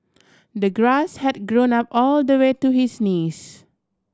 the grass had grown up all the way to his knees